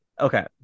okay